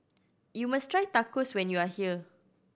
you must try Tacos when you are here